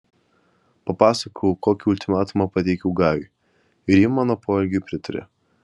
papasakojau kokį ultimatumą pateikiau gajui ir ji mano poelgiui pritarė